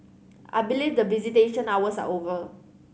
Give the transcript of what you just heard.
I believe the visitation hours are over